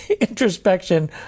introspection